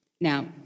Now